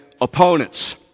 opponents